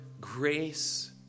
grace